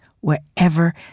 wherever